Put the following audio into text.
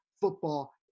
football